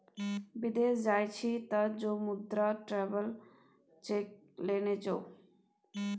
विदेश जाय छी तँ जो मुदा ट्रैवेलर्स चेक लेने जो